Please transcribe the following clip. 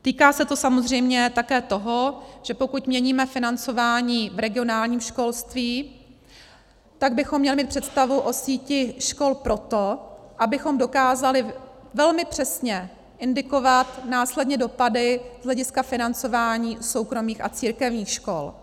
Týká se to samozřejmě také toho, že pokud měníme financování v regionálním školství, tak bychom měli mít představu o síti škol proto, abychom dokázali velmi přesně indikovat následně dopady z hlediska financování soukromých a církevních škol.